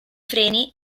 freni